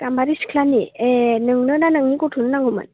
गामबारि सिख्लानि ए नोंनोना नोंनि गथ'नो नांगौमोन